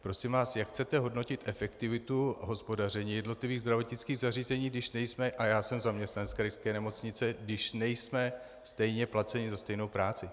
Prosím vás, jak chcete hodnotit efektivitu hospodaření jednotlivých zdravotnických zařízení, když nejsme a já jsem zaměstnanec krajské nemocnice když nejsme stejně placeni za stejnou práci?